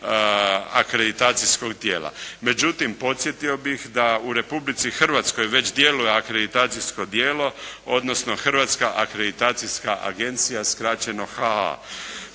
akreditacijskog tijela. Međutim, podsjetio bih da u Republici Hrvatskoj već djeluje akreditacijsko tijelo, odnosno Hrvatska akreditacijska agencija skraćeno HAA.